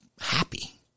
happy